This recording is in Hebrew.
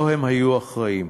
לא הם היו האחראים.